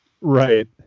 Right